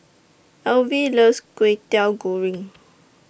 Elvie loves Kway Teow Goreng